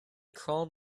crawled